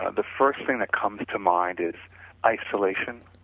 ah the first thing that comes to mind is isolation.